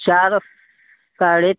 चार और साढ़े